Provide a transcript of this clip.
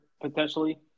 potentially